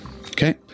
Okay